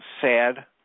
sad